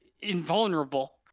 invulnerable